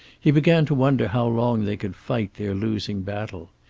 he began to wonder how long they could fight their losing battle.